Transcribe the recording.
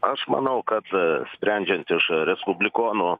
aš manau kad sprendžiant iš respublikonų